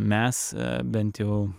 mes bent jau